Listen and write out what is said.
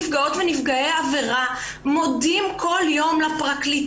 תנמקו אותה בבקשה בפני נפגע העבירה ובכתב.